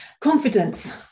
Confidence